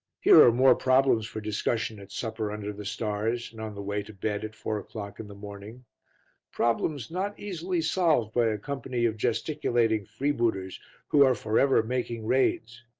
here are more problems for discussion at supper under the stars and on the way to bed at four o'clock in the morning problems not easily solved by a company of gesticulating freebooters who are for ever making raids,